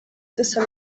dusa